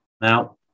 Now